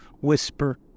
whisper